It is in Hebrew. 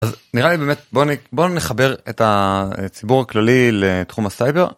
נראה לי באמת בוא נחבר את הציבור הכללי לתחום הסייבר.